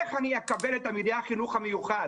איך אני אקבל את תלמידי החינוך המיוחד?